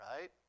right